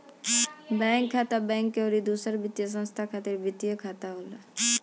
bank खाता, bank अउरी दूसर वित्तीय संस्था खातिर वित्तीय खाता होला